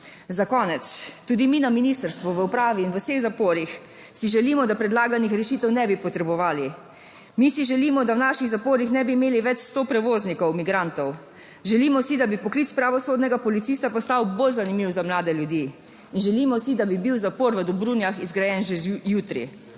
Za konec, tudi mi na ministrstvu, v upravi in v vseh zaporih si želimo, da predlaganih rešitev ne bi potrebovali. Mi si želimo, da v naših zaporih ne bi imeli več sto prevoznikov migrantov. Želimo si, da bi poklic pravosodnega policista postal bolj zanimiv za mlade ljudi in želimo si, da bi bil zapor v Dobrunjah zgrajen že jutri.